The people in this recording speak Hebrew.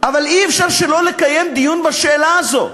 אבל אי-אפשר שלא לקיים דיון בשאלה הזאת.